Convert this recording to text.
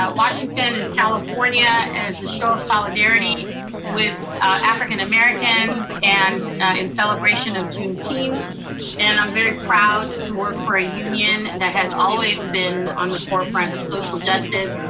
ah washington and california as a show of solidarity with african americans, and in celebration of juneteenth. and and i'm very proud to work for a union that has always been on the forefront of social justice.